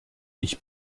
ich